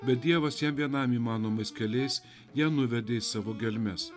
bet dievas jam vienam įmanomais keliais ją nuvedė į savo gelmes